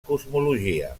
cosmologia